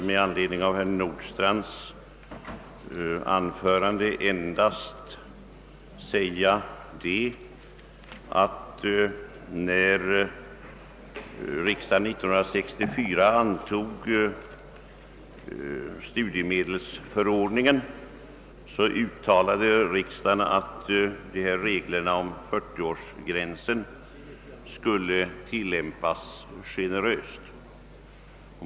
Med anledning av herr Nordstrandhs anförande vill jag endast säga att när riksdagen år 1964 antog studiemedelsförordningen, uttalade den att reglerna om 40-årsgränsen skulle tilllämpas generöst.